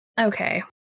Okay